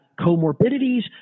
comorbidities